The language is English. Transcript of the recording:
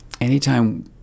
anytime